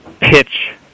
pitch